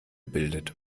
bildet